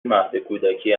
مهدکودکی